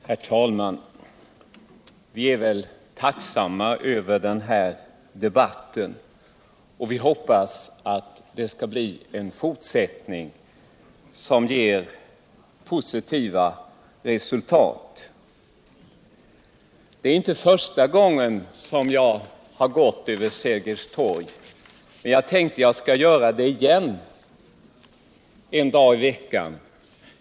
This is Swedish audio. Herr talman! Vi är väl tacksamma över att den här debatten kom till stånd, och vi hoppas att det skall bli en fortsättning på den som kan ge positiva resultat. Det är inte första gången som jag har gått över Sergels torg, men jag tänkte att jag skulle göra det igen åtminstone en dag i veckan.